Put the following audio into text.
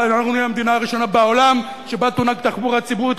אנחנו נהיה המדינה הראשונה בעולם שבה תונהג תחבורה ציבורית.